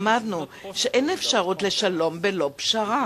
למדנו שאין אפשרות לשלום בלא פשרה.